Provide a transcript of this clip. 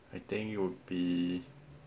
i think you would be